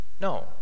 No